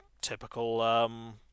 typical